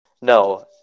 No